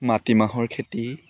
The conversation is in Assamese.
মাটিমাহৰ খেতি